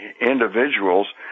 individuals